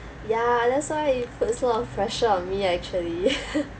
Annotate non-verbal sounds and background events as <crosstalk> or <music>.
ya that's why it puts a lot of pressure on me actually <laughs>